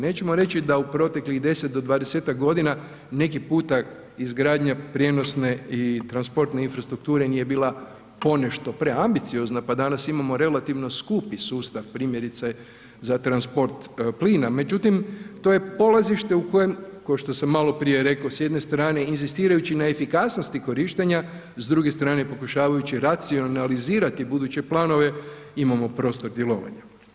Nećemo reći da u proteklih 10 do 20-tak godina neki puta izgradnja prijenosne i transportne infrastrukture nije bila ponešto preambiciozna pa danas imamo relativno skupi sustav primjerice za transport plina, međutim to je polazište u kojem, ko što sam maloprije rekao s jedne strane inzistirajući na efikasnosti korištenja, s druge strane pokušavajući racionalizirati buduće planove imamo prostor djelovanja.